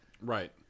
right